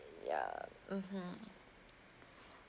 ya mmhmm